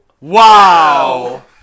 Wow